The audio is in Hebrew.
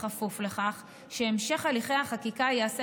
בכפוף לכך שהמשך הליכי החקיקה ייעשה